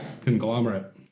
conglomerate